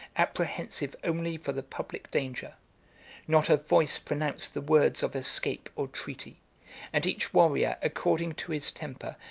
apprehensive only for the public danger not a voice pronounced the words of escape or treaty and each warrior, according to his temper,